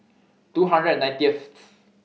two hundred and ninetieth